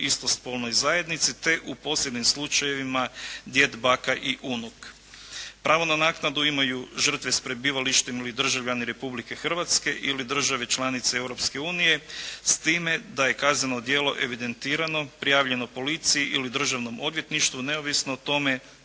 istospolnoj zajednici te u posebnim slučajevima djed, baka i unuk. Pravo na naknadu imaju žrtve s prebivalištem ili državljani Republike Hrvatske ili države članice Europske unije s time da je kazneno djelo evidentirano, prijavljeno policiji ili Državnom odvjetništvu neovisno o tome